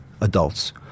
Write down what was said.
adults